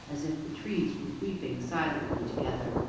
as if the trees were weeping silently together.